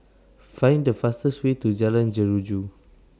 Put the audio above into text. Find The fastest Way to Jalan Jeruju